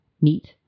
meet